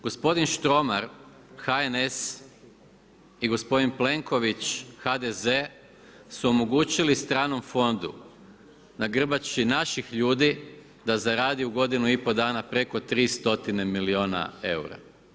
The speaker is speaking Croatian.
Gospodin Štromar, HNS i gospodin Plenković, HDZ su omogućili stranom fondu na grbači naših ljudi da zaradi u godini i po dana preko 3 stotine milijuna eura.